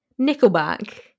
Nickelback